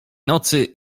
nocy